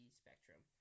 spectrum